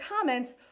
comments